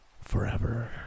Forever